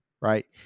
right